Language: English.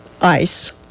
ice